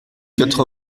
quatre